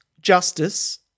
justice